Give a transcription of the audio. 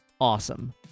awesome